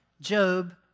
Job